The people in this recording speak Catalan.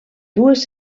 dues